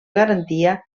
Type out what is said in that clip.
garantia